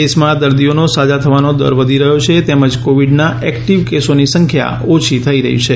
દેશમાં દર્દીઓનો સાજા થવાનો દર વધી રહયો છે તેમજ કોવિડના એકટીવ કેસોની સંખ્યા ઓછી થઇ રહી છે